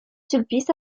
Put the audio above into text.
sulpice